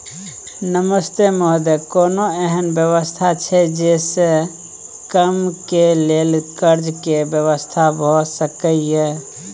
नमस्ते महोदय, कोनो एहन व्यवस्था छै जे से कम के लेल कर्ज के व्यवस्था भ सके ये?